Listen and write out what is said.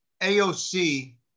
AOC